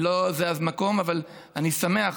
ולא זה המקום, אבל אני שמח